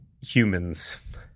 humans